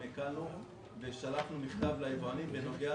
גם הקלנו ושלחנו מכתב ליבואנים בנוגע